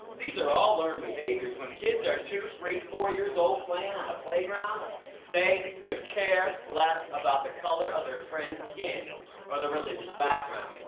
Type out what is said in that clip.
these are all learned behaviours! when kids are two, three, four years old, playing on a playground they couldn't care less about the color of their friends' skin or their religious background.